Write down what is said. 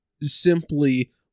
simply